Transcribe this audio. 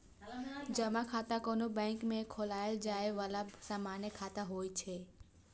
जमा खाता कोनो बैंक मे खोलाएल जाए बला सामान्य खाता होइ छै